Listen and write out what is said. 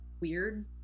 weird